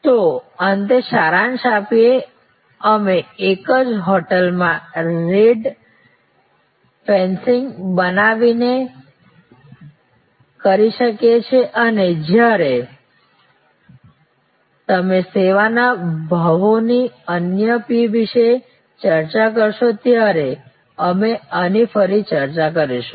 તો અંતે સારાંશ આપીએઅમે એક જ હોટલમાં રેટ ફેન્સીંગ બનાવીને કરી શકીએ છીએ અને જ્યારે તમે સેવાના ભાવોની અન્ય P વિશે ચર્ચા કરશો ત્યારે અમે આની ફરી ચર્ચા કરીશું